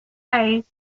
hayes